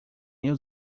new